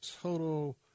total